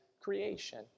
creation